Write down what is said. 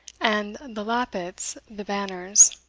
and the lappets the banners.